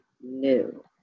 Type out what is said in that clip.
new